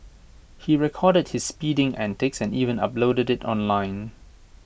he recorded his speeding antics and even uploaded IT online